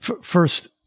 first